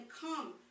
come